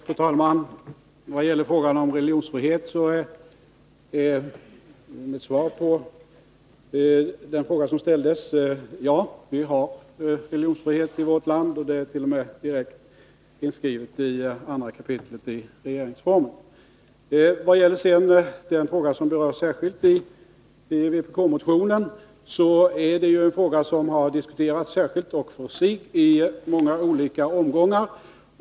Fru talman! I vad gäller religionsfrihet är mitt svar på den fråga som ställdes: Ja, vi har religionsfrihet i vårt land — den ärt.o.m. direkt inskriven i 2 kap. i regeringsformen. Vad beträffar den fråga som berörs särskilt i vpk-motionen har den diskuterats för sig och i många omgångar.